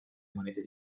monete